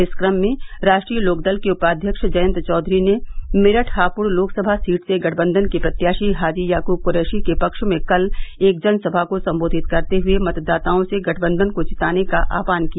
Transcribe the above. इस कम में राष्ट्रीय लोकदल के उपाध्यक्ष जयंत चौधरी ने मेरठ हापुड़ लोकसभा सीट से गठबंधन के प्रत्याशी हाजी याकुब कुरैशी के पक्ष में कल एक जनसभा को सम्बोधित करते हए मतदाताओं से गठबंधन को जिताने का आहवान किया